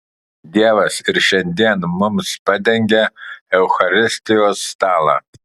dievas ir šiandien mums padengia eucharistijos stalą